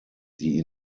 die